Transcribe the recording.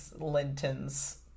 Linton's